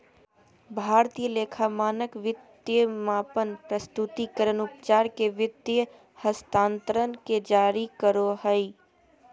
भारतीय लेखा मानक वित्तीय मापन, प्रस्तुतिकरण, उपचार के वित्तीय हस्तांतरण के जारी करो हय